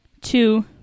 Two